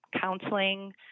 counseling